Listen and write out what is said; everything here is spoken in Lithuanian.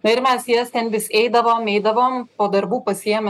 na ir mes į jas ten vis eidavom eidavom po darbų pasiėmę